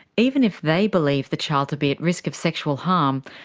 even if they believe the child to be at risk of sexual harm,